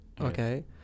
Okay